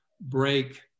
break